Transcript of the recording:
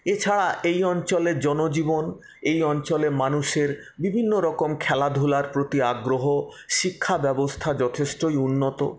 এছাড়া এই অঞ্চলে জনজীবন এই অঞ্চলে মানুষের বিভিন্ন রকম খেলাধুলার প্রতি আগ্রহ শিক্ষাব্যবস্থা যথেষ্টই উন্নত